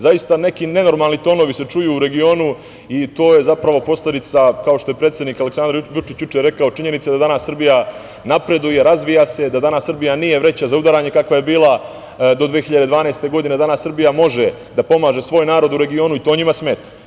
Zaista se neki nenormalni tonovi čuju u regionu i to je posledica, kao što je predsednik Aleksandar Vučić juče rekao, činjenice da Srbija napreduje, razvija se, da danas Srbija nije vreća za udaranje kakva je bila do 2012. godine, danas Srbija može da pomaže svoj narod u regionu i to njima smeta.